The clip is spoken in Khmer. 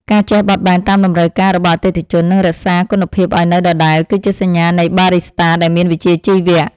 ការចេះបត់បែនតាមតម្រូវការរបស់អតិថិជន និងរក្សាគុណភាពឱ្យនៅដដែល គឺជាសញ្ញានៃបារីស្តាដែលមានវិជ្ជាជីវៈ។